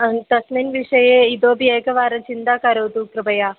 तस्मिन् विषये इतोपि एकवारं चिन्ता करोतु कृपया